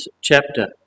chapter